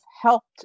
helped